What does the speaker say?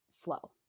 flow